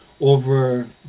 over